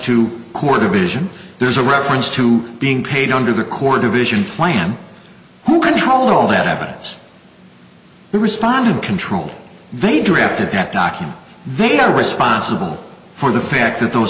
to core division there's a reference to being paid under the core division plan who controlled all that evidence they responded controlled they drafted that document they are responsible for the fact that those